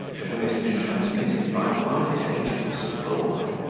to whom it had been transmitted by one of his agents abroad.